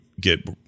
get